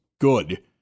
good